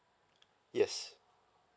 yes